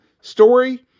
story